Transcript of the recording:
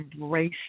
embrace